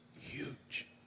huge